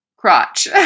crotch